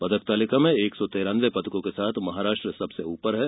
पदक तालिका में एक सौ तिरान्नवे पदकों के साथ महाराष्ट्र सबसे ऊपर है